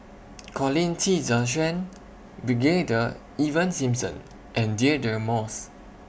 Colin Qi Zhe Quan Brigadier Ivan Simson and Deirdre Moss